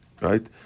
Right